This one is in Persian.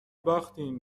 باختیم